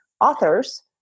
authors